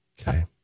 Okay